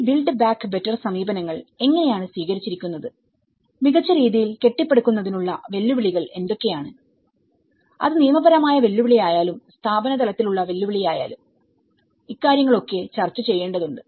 ഈ build back better സമീപനങ്ങൾ എങ്ങനെയാണ് സ്വീകരിച്ചിരിക്കുന്നത്മികച്ച രീതിയിൽ കെട്ടിപ്പടുക്കുന്നതിനുള്ള വെല്ലുവിളികൾ എന്തൊക്കെയാണ്അത് നിയമപരമായ വെല്ലുവിളിയായാലും സ്ഥാപന തലത്തിലുള്ള വെല്ലുവിളിയായാലും ഇക്കാര്യങ്ങൾ ഒക്കെ ചർച്ച ചെയ്യേണ്ടതുണ്ട്